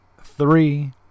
three